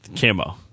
camo